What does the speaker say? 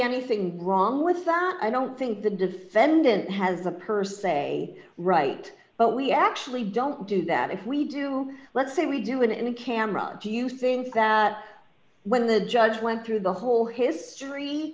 anything wrong with that i don't think the defendant has a per se right but we actually don't do that if we do let's say we do in a camera do you think that when the judge went through the whole history